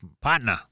partner